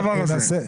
הדבר הזה.